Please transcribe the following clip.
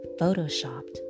photoshopped